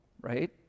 right